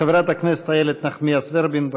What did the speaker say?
חברת הכנסת איילת נחמיאס ורבין,